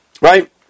right